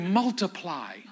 multiply